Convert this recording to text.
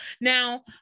Now